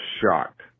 shocked